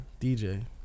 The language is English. DJ